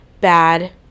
bad